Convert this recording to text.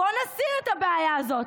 בואו נסיר את הבעיה הזאת.